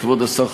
כבוד השר,